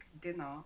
dinner